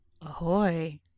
Ahoy